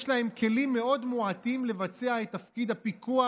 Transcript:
יש להם כלים מועטים מאוד לבצע את תפקיד הפיקוח